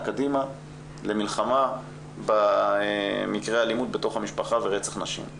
קדימה למלחמה במקרי אלימות בתוך המשפחה ורצח נשים.